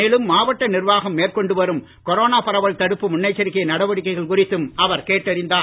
மேலும் மாவட்ட நிர்வாகம் மேற்கொண்டு வரும் கொரோனா பரவல் தடுப்பு முன்னெச்சரிக்கை நடவடிக்கைகள் குறித்தும் அவர் கேட்டறிந்தார்